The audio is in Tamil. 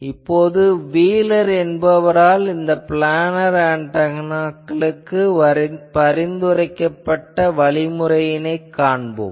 இப்போது வீலர் என்பவரால் இந்த ப்ளானார் ஆன்டெனாக்களுக்குப் பரிந்துரைக்கப்பட்ட வழிமுறையினைக் காண்போம்